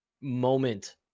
moment